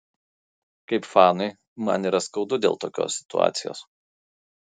kaip fanui man yra skaudu dėl tokios situacijos